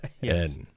yes